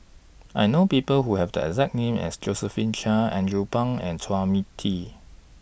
I know People Who Have The exact name as Josephine Chia Andrew Phang and Chua Me Tee